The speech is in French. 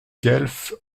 guelfes